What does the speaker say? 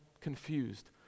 confused